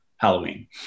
Halloween